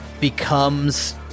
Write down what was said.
becomes